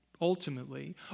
ultimately